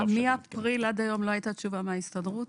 מאפריל עד היום לא הייתה תשובה מההסתדרות?